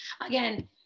Again